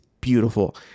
beautiful